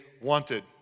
wanted